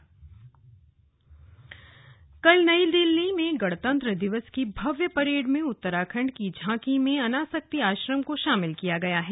slug Anasakti Ashram कल नई दिल्ली में गणतंत्र दिवस की भव्य परेड में उत्तराखंड की झांकी में अनासक्ति आश्रम को शामिल किया गया है